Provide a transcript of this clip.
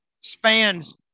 spans